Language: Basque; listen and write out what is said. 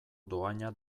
dohaina